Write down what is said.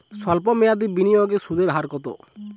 সল্প মেয়াদি বিনিয়োগে সুদের হার কত?